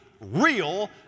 real